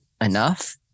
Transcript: enough